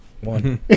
One